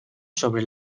sobre